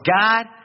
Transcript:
God